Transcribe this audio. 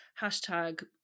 hashtag